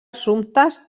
assumptes